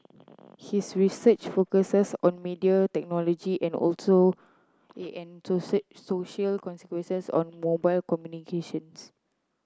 his research focuses on media technology and also social consequences on mobile communications